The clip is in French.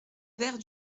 vert